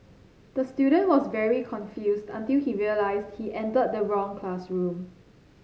the student was very confused until he realised he entered the wrong classroom